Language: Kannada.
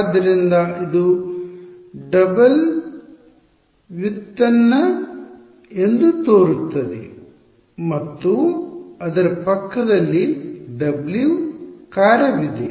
ಆದ್ದರಿಂದ ಇದು ಡಬಲ್ ವ್ಯುತ್ಪನ್ನ ಎಂದು ತೋರುತ್ತದೆ ಮತ್ತು ಅದರ ಪಕ್ಕದಲ್ಲಿ W ಕಾರ್ಯವಿದೆ